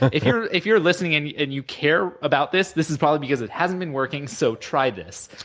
if you're if you're listening and you and you care about this, this is probably because it hasn't been working, so try this.